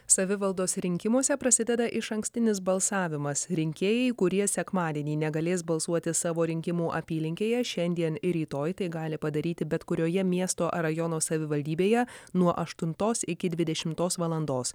savivaldos rinkimuose prasideda išankstinis balsavimas rinkėjai kurie sekmadienį negalės balsuoti savo rinkimų apylinkėje šiandien ir rytoj tai gali padaryti bet kurioje miesto ar rajono savivaldybėje nuo aštuntos iki dvidešimtos valandos